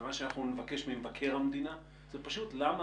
ומה שאנחנו נבקש ממבקר המדינה זה לבדוק למה